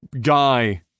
guy